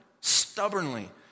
stubbornly